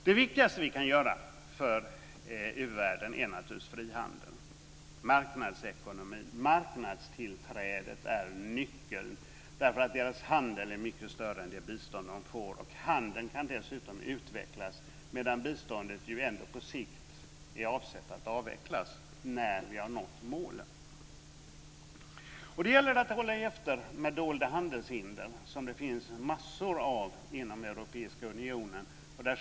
Det viktigaste vi kan göra för u-världen är naturligtvis att införa frihandel. Marknadsekonomin, marknadstillträdet är nyckeln, därför att deras handel är mycket större än det bistånd de får. Handeln kan dessutom utvecklas, medan biståndet ju ändå på sikt är avsett att avvecklas när vi har nått målen. Det gäller att hålla efter dolda handelshinder, som det finns massor av inom den europeiska unionen.